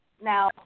Now